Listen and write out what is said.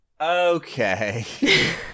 Okay